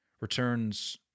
returns